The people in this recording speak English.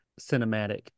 cinematic